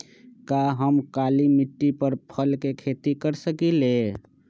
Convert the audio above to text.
का हम काली मिट्टी पर फल के खेती कर सकिले?